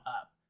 up